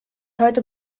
heute